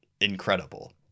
incredible